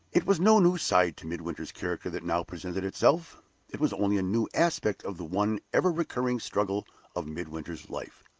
it was no new side to midwinter's character that now presented itself it was only a new aspect of the one ever-recurring struggle of midwinter's life.